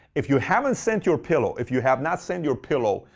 if you haven't sent your pillow, if you have not sent your pillow,